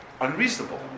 unreasonable